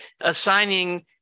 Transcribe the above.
assigning